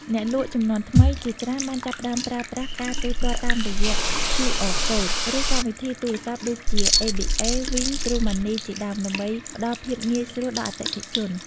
អ្នកលក់ជំនាន់ថ្មីជាច្រើនបានចាប់ផ្ដើមប្រើប្រាស់ការទូទាត់តាមរយៈ ឃ្យូអរកូដ ឬកម្មវិធីទូរសព្ទ ដូចជា អេបីអេ, វីង, ទ្រូម៉ាន់នី ជាដើម ដើម្បីផ្ដល់ភាពងាយស្រួលដល់អតិថិជន។